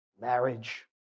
marriage